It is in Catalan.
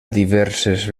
diverses